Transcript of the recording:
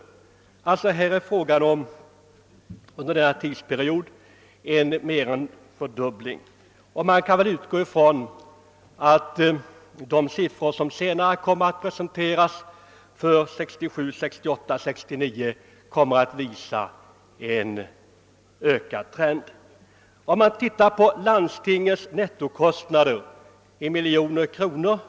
Under tidsperioden 1960—1966 har kostnaderna alltså mer än fördubblats. Man kan väl utgå ifrån att de siffror som senare kommer att presenteras för 1967, 1968 och 1969 kommer att visa samma trend, d.v.s. en fortsatt ökning.